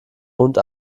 und